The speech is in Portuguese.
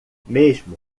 mesmo